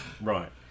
Right